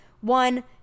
One